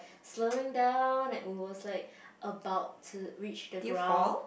slowing down and it was like about to reach the ground